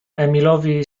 emilowi